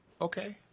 Okay